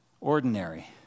Ordinary